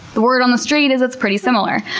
the word on the street is it's pretty similar.